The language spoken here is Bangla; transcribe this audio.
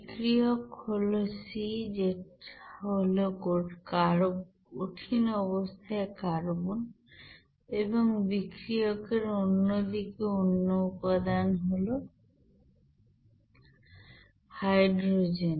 বিক্রিয়ক হলো c যেটা হলো কঠিন অবস্থায় কার্বন এবং বিক্রিয়কের দিকে অন্য উপাদান হলো হাইড্রোজেন